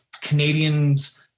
Canadians